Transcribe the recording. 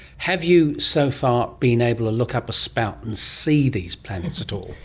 have you so far been able to look up a spout and see these planets at all?